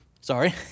Sorry